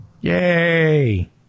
Yay